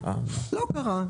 לא קרה.